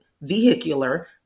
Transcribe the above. vehicular